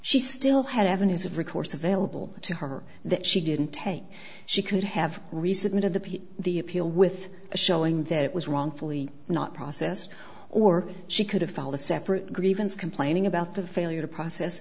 she still had avenues of recourse available to her that she didn't take she could have resubmitted the piece the appeal with a showing that it was wrongfully not process or she could have filed a separate grievance complaining about the failure to process